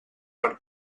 per